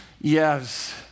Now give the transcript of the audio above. yes